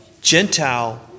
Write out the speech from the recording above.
Gentile